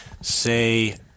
say